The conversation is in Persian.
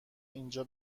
اینجا